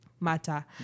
Matter